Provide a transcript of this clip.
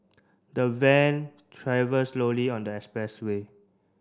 the van travelled slowly on the expressway